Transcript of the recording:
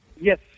yes